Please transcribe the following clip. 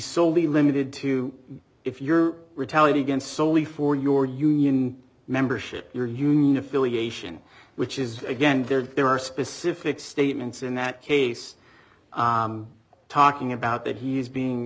solely limited to if you're retaliate against solely for your union membership you're unifil e ation which is again there are specific statements in that case talking about that he's being